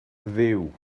dduw